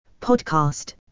Podcast